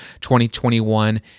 2021